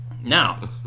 Now